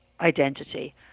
identity